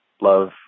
Love